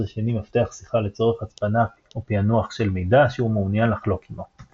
השני מפתח שיחה לצורך הצפנה/פענוח של מידע שהוא מעוניין לחלוק עמו.